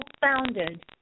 founded